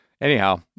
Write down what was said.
Anyhow